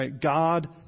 God